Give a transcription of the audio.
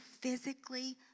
physically